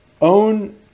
own